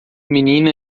menina